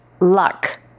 luck